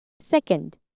second